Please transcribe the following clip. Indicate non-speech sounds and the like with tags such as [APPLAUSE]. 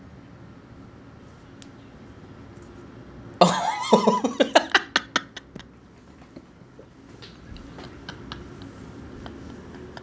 [LAUGHS]